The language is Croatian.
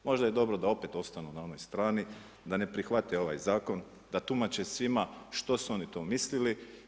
Možda je dobro da opet ostanu na onoj strani, da ne prihvate ovaj zakon, da tumače svima što su oni to umislili.